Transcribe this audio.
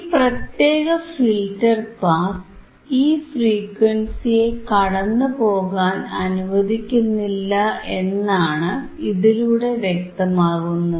ഈ പ്രത്യേക filter pass ഈ ഫ്രീക്വൻസിയെ കടന്നുപോകാൻ അനുവദിക്കുന്നില്ല എന്നാണ് ഇതിലൂടെ വ്യക്തമാകുന്നത്